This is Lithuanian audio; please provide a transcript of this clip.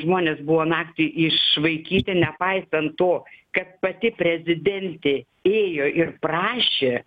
žmonės buvo naktį išvaikyti nepaisant to kad pati prezidentė ėjo ir prašė